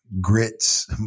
Grits